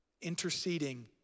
interceding